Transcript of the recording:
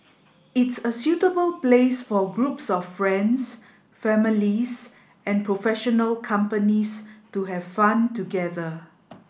it's a suitable place for groups of friends families and professional companies to have fun together